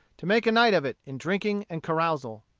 to make a night of it in drinking and carousal.